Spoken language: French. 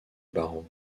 barreaux